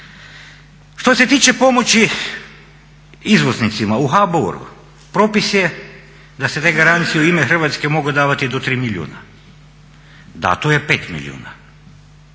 Što se tiče pomoći izvoznicima u HBOR-u propis je da se te garancije u ime Hrvatske mogu davati do 3 milijuna. Da, to je 5 milijuna.